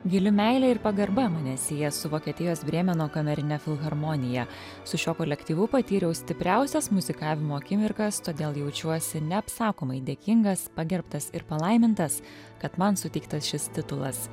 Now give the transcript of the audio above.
gili meilė ir pagarba mane sieja su vokietijos brėmeno kamerine filharmonija su šiuo kolektyvu patyriau stipriausias muzikavimo akimirkas todėl jaučiuosi neapsakomai dėkingas pagerbtas ir palaimintas kad man suteiktas šis titulas